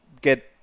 get